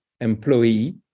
employee